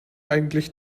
eigentlich